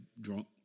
drunk